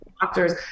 doctors